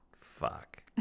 fuck